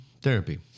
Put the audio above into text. Therapy